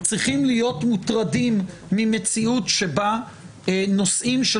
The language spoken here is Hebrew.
צריכים להיות מוטרדים ממציאות שבה נושאים של